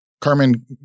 carmen